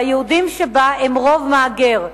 והיהודים שבה הם רוב מהגר.